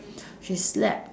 she slept